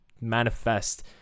manifest